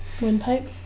Windpipe